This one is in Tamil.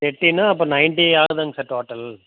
எயிட்டின்னா அப்புறம் நைன்ட்டி ஆகுதுங்க சார் டோட்டல்